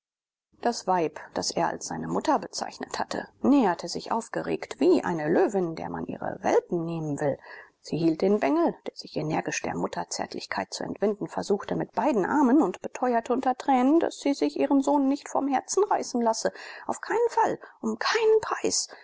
das weib das er als seine mutter bezeichnet hatte näherte sich aufgeregt wie eine löwin der man ihre welpen nehmen will sie hielt den bengel der sich energisch der mutterzärtlichkeit zu entwinden versuchte mit beiden armen und beteuerte unter tränen daß sie sich ihren sohn nicht vom herzen reißen lasse auf keinen fall um keinen preis